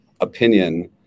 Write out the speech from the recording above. opinion